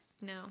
No